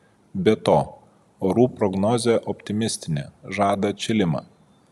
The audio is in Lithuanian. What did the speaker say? be to orų prognozė optimistinė žada atšilimą